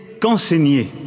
qu'enseigner